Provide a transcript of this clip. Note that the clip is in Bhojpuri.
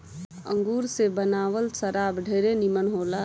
अंगूर से बनावल शराब ढेरे निमन होला